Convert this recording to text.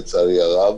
לצערי הרב,